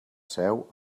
seu